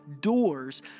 doors